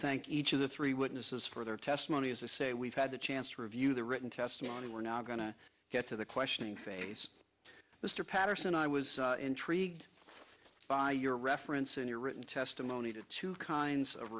thank each of the three witnesses for their testimony as to say we've had the chance to review the written testimony we're now going to get to the questioning face mr patterson i was intrigued by your reference in your written testimony to two kinds of